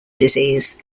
disease